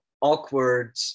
awkward